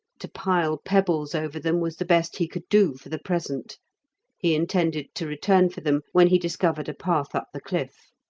to pile pebbles over them was the best he could do for the present he intended to return for them when he discovered a path up the cliff.